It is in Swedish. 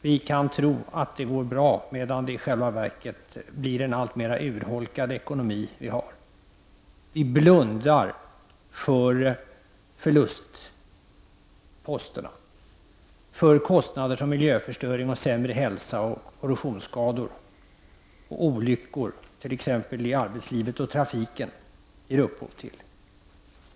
Vi kan tro att det går bra, medan vår ekonomi i själva verket blir alltmer urholkad. Vi blundar för förlustposterna, för de kostnader som miljöförstöring och sämre hälsa, produktionsskador och olyckor, t.ex. i arbetslivet och trafiken, ger upphov till.